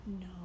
No